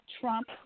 Trump